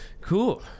Cool